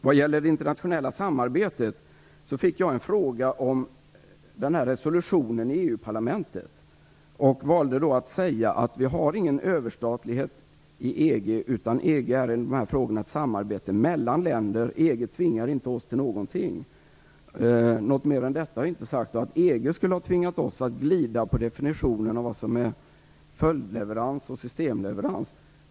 Vad gäller det internationella samarbetet fick jag en fråga om den här resolutionen i EU-parlamentet, och valde då att säga att vi inte har någon överstatlighet i EG. EG är i dessa frågor ett samarbete mellan länder. EG tvingar inte oss till någonting. Något mer än detta har jag inte sagt, och att EG skulle ha tvingat oss att glida i definitionen av vad som är följdleverans och systemleverans är inte riktigt.